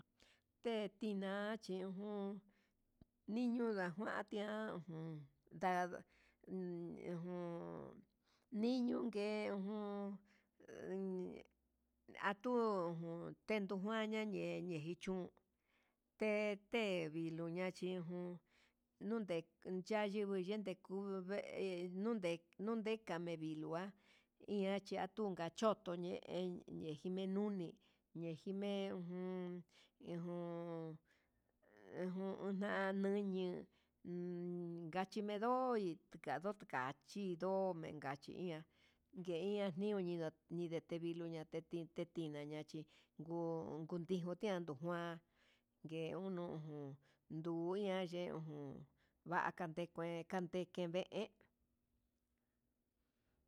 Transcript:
Te iná chi ujun, niño ndajuatia ujun nda'a nda ejun, ndiñunke ujun he atu'u nuun tenguaña ñeñe echun tetevi luña'a chijun nunde ya'a yengui yende ngun kuve nunde, nunde kave'e vilua iha chi atuu gacho ñi'e ñeje nuni ñejime ujun nuu ujun ñañuñe emmm ngachime ohi ngunu kachii ndomen kachí iha nguenia ñiun uñenda niñe te vilo'o ña'a tete tetinaña achi nguu ngutiun tian, ndujuna ke unu ujun nuia ye ujun vaka tenkue ndeke ve'e.